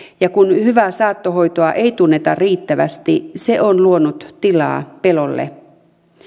ja kun hyvää saattohoitoa ei tunneta riittävästi se on luonut tilaa pelolle